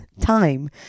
time